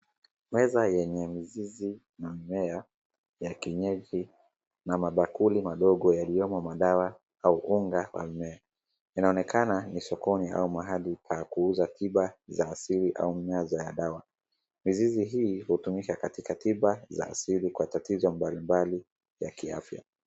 Meza yenye mizizi na mimea ya kinyesi na mabakuli mandogo yaliwemo madawa au unga wa mimea, inaonekana ni sokoni au mahali pa kuuza tiba za asili au minyaa za madawa, mizizi hii hutumika katika tiba za asili kwa tatizo mbalimbali za kiafya.